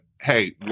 hey